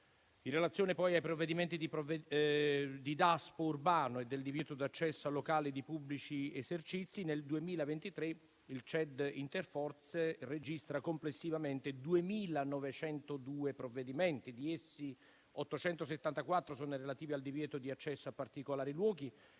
In relazione poi ai provvedimenti di Daspo urbano e del divieto di accesso al locale di pubblici esercizi, nel 2023 il CED interforze registra complessivamente 2.902 provvedimenti; di essi 874 sono relativi al divieto di accesso a particolari luoghi,